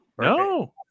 No